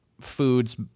foods